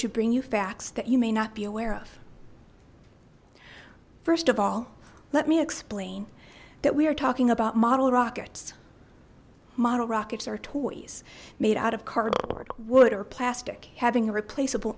to bring you facts that you may not be aware of first of all let me explain that we are talking about model rockets model rockets are toys made out of cardboard wood or plastic having a replaceable